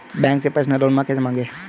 Bank से personal loan कैसे मांगें?